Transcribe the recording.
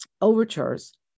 overtures